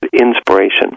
inspiration